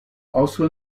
also